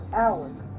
hours